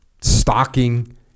stocking